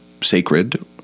sacred